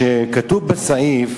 שכתוב בסעיף